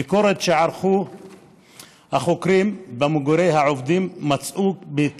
בביקורת שערכו במגורי העובדים מצאו החוקרים